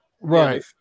right